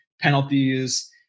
penalties